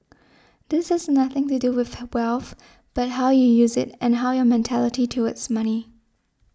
this has nothing to do with wealth but how you use it and how your mentality towards money